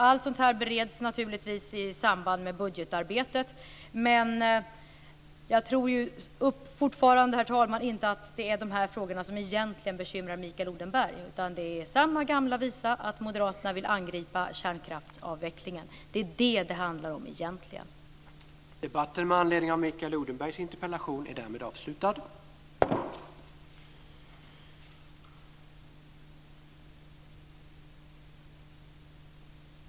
Allt sådant bereds naturligtvis i samband med budgetarbetet. Men jag tror fortfarande inte, herr talman, att det är dessa frågor som egentligen bekymrar Mikael Odenberg utan att det är samma gamla visa att Moderaterna vill angripa kärnkraftsavvecklingen. Det är det som det egentligen handlar om.